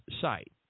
site